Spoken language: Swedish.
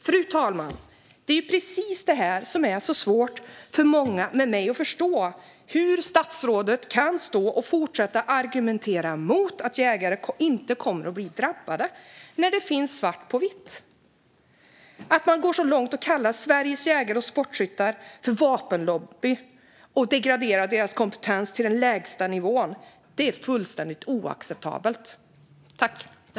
Fru talman! Det är precis det här som är så svårt för många med mig att förstå. Hur kan statsrådet stå och fortsätta att argumentera mot att jägare kommer att bli drabbade när det finns svart på vitt? Man går så långt att man kallar Sveriges jägare och sportskyttar för vapenlobby och degraderar deras kompetens till den lägsta nivån. Det är fullständigt oacceptabelt.